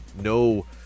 no